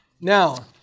Now